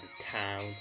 town